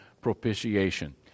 propitiation